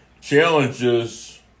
challenges